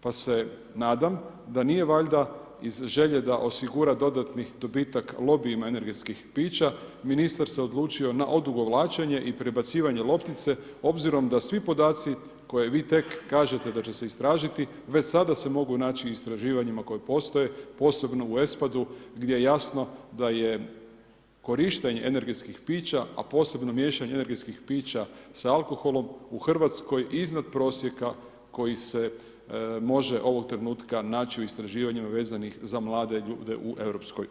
pa se nadam da nije valjda iz želje da osigura dodatni dobitak lobijima energetskih pića, ministar se odlučio na odugovlačenje i prebacivanje loptice obzirom da svi podaci koje vi tek kažete da će se istražiti, već sada se mogu naći u istraživanjima koje postoje, posebno u ESPAD-u gdje je jasno da je korištenje energetskih pića a posebno miješanje energetskih pića sa alkoholom u Hrvatskoj iznad prosjeka koji se može ovog trenutka naći u istraživanju vezanih za mlade ljude u EU.